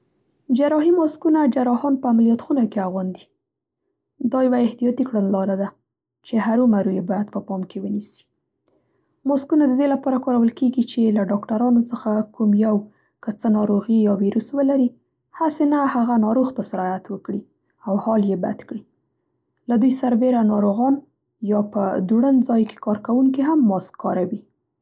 حراحي ماسکونه جراهان په عملیات خونه کې اغوندي. دا یوه احتیاطي کړندلاره ده چې هرو مرو یې باید په پام کې ونیسي. ماسکونه د دې لپار کارول کېږي چې له ډاکترانو څخه کوم یو که څه ناروغي یا ویروس ولري هسې نه هغه ناروغ ته سرایت وکړي او حال یې بد کړي. له دوی سربېره ناروغان یا په دوړن ځای کې کار کوونکي هم ماسک کاروي.